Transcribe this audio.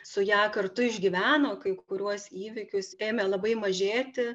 su ja kartu išgyveno kai kuriuos įvykius ėmė labai mažėti